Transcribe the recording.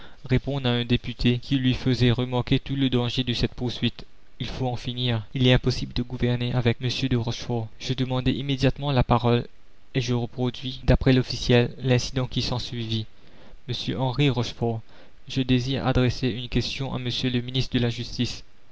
répondre à un député qui lui faisait remarquer tout le danger de cette poursuite la commune il faut en finir il est impossible de gouverner avec m de rochefort je demandai immédiatement la parole et je reproduis d'après l'officiel l'incident qui s'ensuivit m henri rochefort je désire adresser une question à m le ministre de la justice